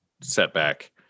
setback